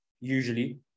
Usually